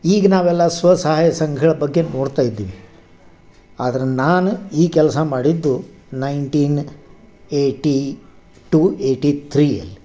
ಈಗ ನಾವೆಲ್ಲ ಸ್ವ ಸಹಾಯ ಸಂಘಗಳ ಬಗ್ಗೆ ನೋಡ್ತಾ ಇದ್ದೀವಿ ಆದರೆ ನಾನು ಈ ಕೆಲಸ ಮಾಡಿದ್ದು ನೈನ್ಟೀನ್ ಏಯ್ಟಿ ಟು ಏಯ್ಟಿ ತ್ರೀಯಲ್ಲಿ